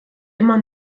immer